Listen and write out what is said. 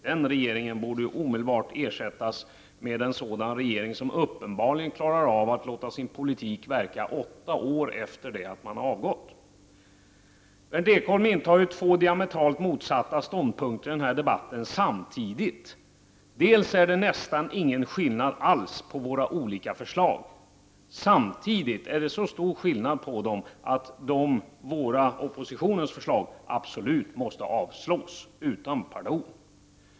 Den regeringen borde omedelbart ersättas med en sådan regering som uppenbarligen klarar av att låta sin politik verka efter det att man har avgått. Berndt Ekholm intar i den här debatten två diametralt motsatta ståndpunkter samtidigt. Dels är det nästan ingen skillnad alls mellan våra olika förslag, dels är det samtidigt så stor skillnad på dem att oppositionens förslag absolut måste avslås utan pardon.